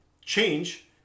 change